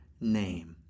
name